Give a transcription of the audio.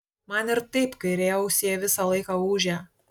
man ir taip kairėje ausyje visą laiką ūžia